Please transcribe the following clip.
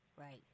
Right